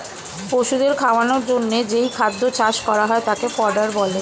পশুদের খাওয়ানোর জন্যে যেই খাদ্য চাষ করা হয় তাকে ফডার বলে